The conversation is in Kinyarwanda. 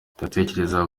ndatekereza